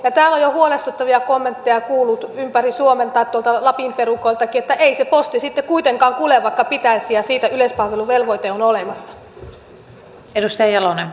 täällä on jo huolestuttavia kommentteja kuullut ympäri suomen tai tuolta lapin perukoiltakin että ei se posti sitten kuitenkaan kulje vaikka pitäisi ja siitä yleispalveluvelvoite on olemassa